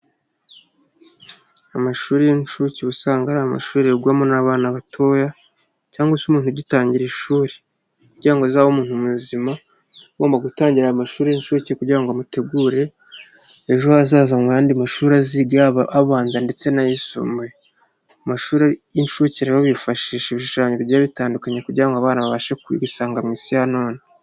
Amashuri y'incuke uba usanga ari amashuri yigwamo n'abana batoya cyangwa se umuntu ugitangira ishuri, kugira ngo uzabe umuntu muzima, uba ugomba gutangira amashuri y'inshuke kugira ngo mutegure ejo hazaza mu yandi mashuri aziga abanza ndetse n'ayisumbuye, mu mashuri y'inshuke rero bifashishije ibishushanyo bigiye bitandukanye kugira ngo abana babashe kwisanga mu isi ya none.